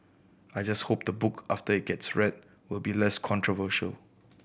I just hope the book after it gets read will be less controversial